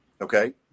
Okay